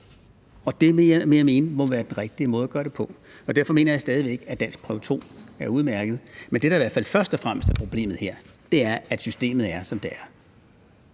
Det vil jeg mene må være den rigtige måde at gøre det på. Derfor mener jeg stadig væk, at danskprøve 2 er udmærket. Men det, der i hvert fald først og fremmest er problemet her, er, at systemet er, som det er.